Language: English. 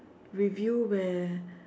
review where